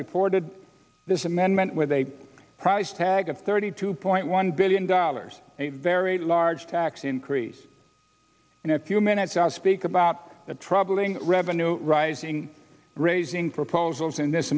reported this amendment with a price tag of thirty two point one billion dollars a very large tax increase and a few minutes out speak about the troubling revenue rising raising proposals in this